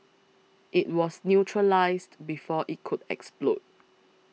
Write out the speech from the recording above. it was neutralised before it could explode